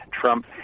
Trump